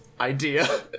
idea